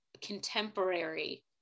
contemporary